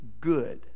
good